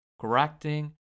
correcting